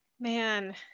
Man